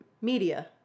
media